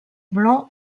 blanc